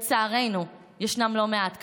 ולצערנו, ישנם לא מעט כאלה.